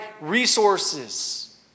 resources